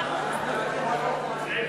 הודעת הממשלה על רצונה להחיל דין רציפות על